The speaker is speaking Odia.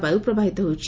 ବାୟୁ ପ୍ରବାହିତ ହେଉଛି